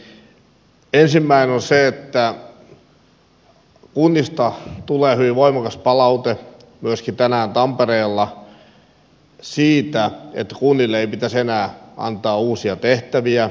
ensimmäinen on se että kunnista tulee hyvin voimakas palaute myöskin tänään tampereella siitä että kunnille ei pitäisi enää antaa uusia tehtäviä